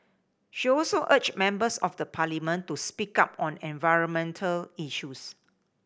she also urged members of the Parliament to speak up on environmental issues